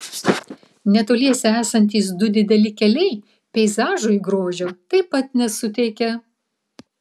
netoliese esantys du dideli keliai peizažui grožio taip pat nesuteikia